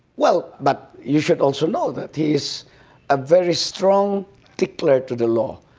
well, but you should also know that he is a very strong stickler to the law.